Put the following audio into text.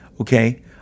okay